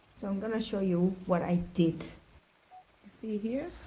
so i'm gonna show you what i did see here?